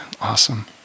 Awesome